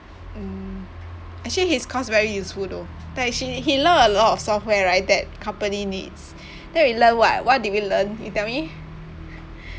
mm actually his course very useful though like she he learn a lot of software right that company needs then we learn what what did we learn you tell me